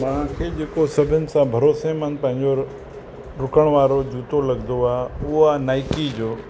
मूंखे जेको सभिनि सां भरोसेमंद पंहिंजो ॾुकण वारो जूतो लॻंदो आहे उहो आहे नाइकी जो